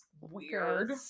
weird